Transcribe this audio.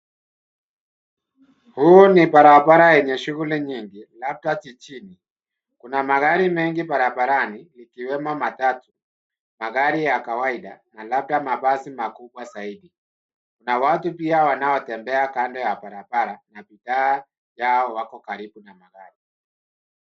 Huu ni barabara yenye shughuli nyingi labda jijini. Kuna magari mengi barabarani ikiwemo matatu, magari ya kawaida na labda mabasi makubwa zaidi. Na watu pia wanaotembea kando ya barabara na bidhaa yao wako karibu na magari.